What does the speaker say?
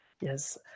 Yes